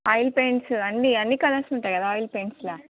oil paints అన్ని అన్ని colours ఉంటాయి కదా ఆయిల్ పెయింట్స్లో